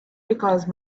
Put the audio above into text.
because